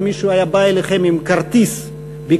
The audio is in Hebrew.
אילו מישהו היה בא אליכם עם כרטיס ביקור